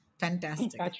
Fantastic